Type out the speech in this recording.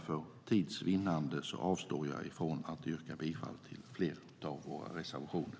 För tids vinnande avstår jag från att yrka bifall till fler av våra reservationer.